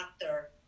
doctor